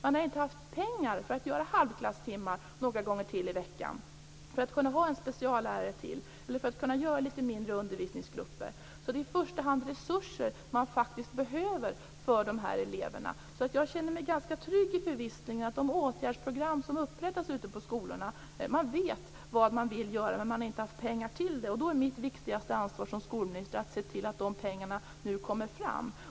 Man har inte haft pengar för att göra halvklasstimmar några gånger till i veckan, för att kunna ha en speciallärare till eller för att kunna göra litet mindre undervisningsgrupper. Det är i första hand resurser som man behöver för dessa elever. Jag känner mig ganska trygg i förvissningen att åtgärdsprogram upprättas ute på skolorna. Man vet vad man vill göra, men man har inte haft pengar till det. Då är mitt viktigaste ansvar som skolminister att se till att de här pengarna nu kommer fram.